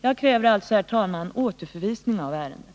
Jag yrkar alltså, herr talman, återförvisning av ärendet.